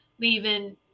leaving